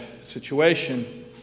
situation